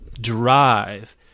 drive